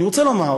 אני רוצה לומר